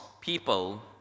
people